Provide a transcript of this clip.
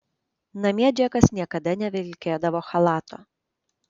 namie džekas niekada nevilkėdavo chalato